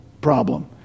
problem